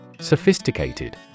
Sophisticated